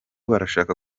barashaka